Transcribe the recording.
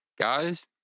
guys